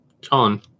John